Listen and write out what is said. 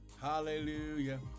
hallelujah